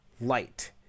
light